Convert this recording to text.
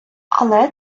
але